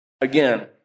Again